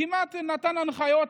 כמעט נתן הנחיות,